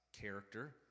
character